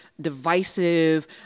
divisive